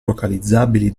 localizzabili